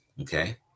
okay